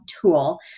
tool